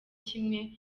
kimwe